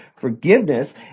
forgiveness